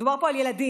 מדובר פה על ילדים.